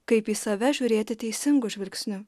kaip į save žiūrėti teisingu žvilgsniu